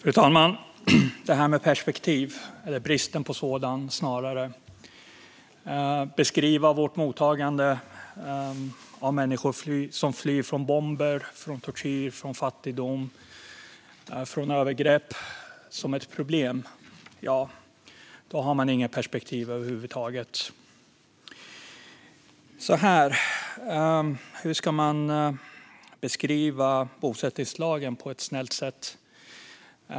Fru talman! Att beskriva vårt mottagande av människor som flyr från bomber, tortyr, fattigdom och övergrepp som ett problem visar att man inte har något perspektiv över huvud taget. Hur ska man beskriva bosättningslagen på ett snällt sätt?